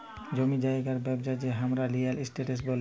জমি জায়গার ব্যবচ্ছা কে হামরা রিয়েল এস্টেট ব্যলি